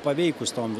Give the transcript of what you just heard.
paveikūs tom